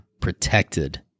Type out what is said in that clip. protected